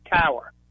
tower